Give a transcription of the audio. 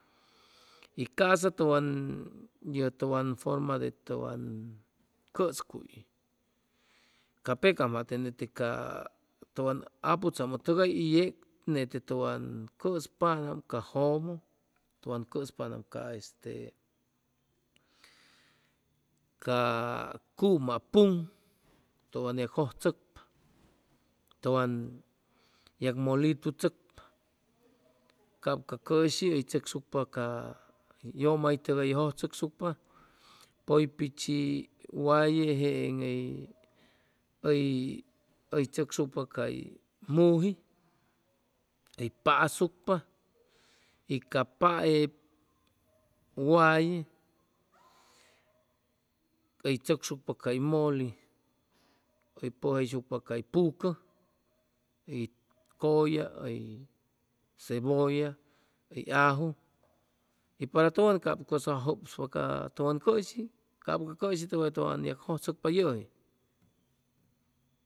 Y ca'sa ye tʉwan forma de tʉwan cʉscuy ca pecam jate nete ca tʉwan aputzamʉ tʉgay y yeg nete tʉwan cʉspaam ca jʉmʉ, tʉwan cʉspanam ca este ca cuma puŋ tʉwan yag jʉjchʉcpa tʉwan yag molitu tzʉcpa cap ca cʉshi hʉy tzʉcsucpa ca yʉmaytʉgay jʉjchʉcsucpa pʉy pichi waye en hʉy tzʉcsucpa cay muji hʉy pasucpa y ca pae waye hʉy tzʉcsucpa cay mʉli hʉy pʉjayshucpa cay pucʉ, hʉy cʉlla, hʉy cebolla, hʉy aju y para tʉwan cap co'sa jʉpspa ca tʉwan cʉshi cap ca cʉshi tʉwan yag jʉjchʉcpa yʉji